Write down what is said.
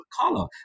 color